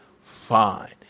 fine